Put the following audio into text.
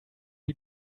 you